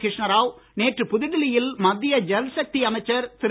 கிருஷ்ணராவ் நேற்று புதுடெல்லியில் மத்திய ஜல்சக்தி அமைச்சர் திரு